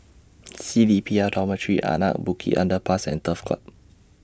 C D P L Dormitory Anak Bukit Underpass and Turf Club